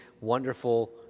wonderful